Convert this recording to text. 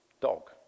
dog